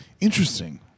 Interesting